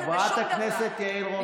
חברת הכנסת יעל רון בן משה.